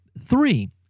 three